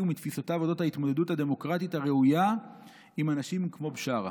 ומתפיסותיו אודות ההתמודדות הדמוקרטית הראויה עם אנשים כמו בשארה.